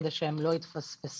כדי שהם לא יתפספסו.